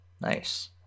nice